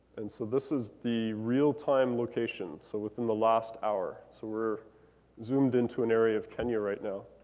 and so this is the real time location. so within the last hour. so we're zoomed into an area of kenya right now.